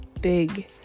big